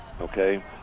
Okay